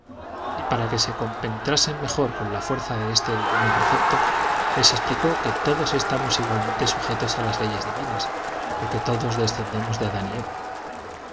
y para que se compenetrasen mejor con la fuerza de este divino precepto les explicó que todos estamos igualmente sujetos a las leyes divinas porque todos descendemos de adán y